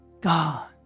God